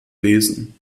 lesen